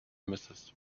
mrs